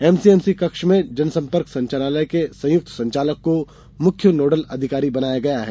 MC MC कक्ष में जनसंपर्क संचालनालय के संयुक्त संचालक को मुख्य नोडल अधिकारी बनाया गया है